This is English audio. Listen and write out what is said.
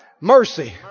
mercy